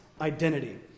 identity